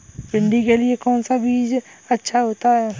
भिंडी के लिए कौन सा बीज अच्छा होता है?